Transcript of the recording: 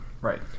Right